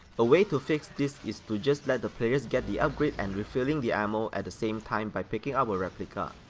a way to fix this is to just let the players get the upgrade and refilling the ammo at the same time by picking up a replica.